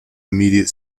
immediate